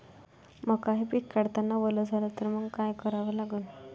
मका हे पिक काढतांना वल झाले तर मंग काय करावं लागन?